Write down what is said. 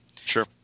Sure